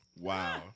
Wow